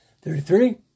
thirty-three